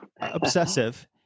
obsessive